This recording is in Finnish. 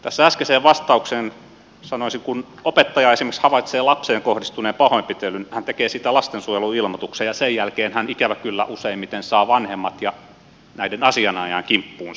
tässä äskeiseen vastaukseen sanoisin että kun opettaja esimerkiksi havaitsee lapseen kohdistuneen pahoinpitelyn hän tekee siitä lastensuojeluilmoituksen ja sen jälkeen hän ikävä kyllä useimmiten saa vanhemmat ja näiden asianajajan kimppuunsa